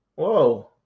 whoa